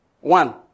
One